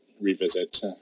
revisit